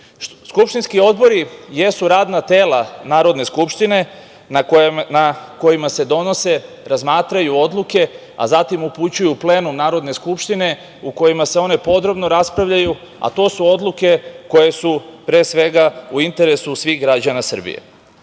odbore. Skupštinski odbori jesu radna tela Narodne skupštine na kojima se donose, razmatraju odluke, a zatim upućuju na plenum Narodne skupštine u kojima se one podrobno raspravljaju, a to su odluke koje su pre svega u interesu svih građana Srbije. Isto